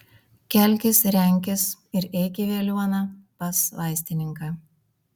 kelkis renkis ir eik į veliuoną pas vaistininką